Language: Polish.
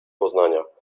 poznania